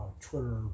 Twitter